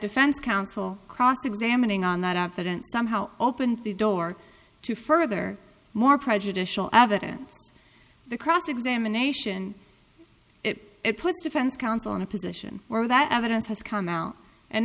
defense counsel cross examining on that i didn't somehow open the door to further more prejudicial evidence the cross examination it puts defense counsel in a position where that evidence has come out and